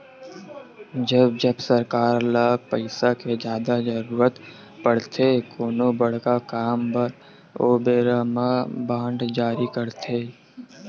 जब जब सरकार ल पइसा के जादा जरुरत पड़थे कोनो बड़का काम बर ओ बेरा म बांड जारी करथे